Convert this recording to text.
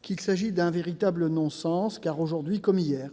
qu'il s'agit d'un véritable non-sens. Aujourd'hui comme hier,